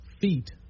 feet